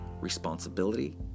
responsibility